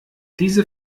diese